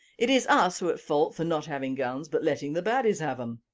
it is us who are at fault for not having guns but letting the baddies have em!